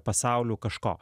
pasaulių kažko